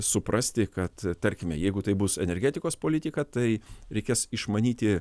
suprasti kad tarkime jeigu tai bus energetikos politika tai reikės išmanyti